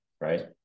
right